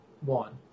one